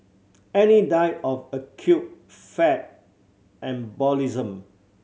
Annie died of acute fat embolism